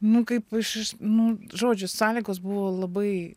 nu kaip iš iš nu žodžiu sąlygos buvo labai